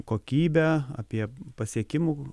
kokybę apie pasiekimų